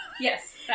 yes